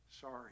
Sorry